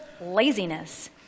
laziness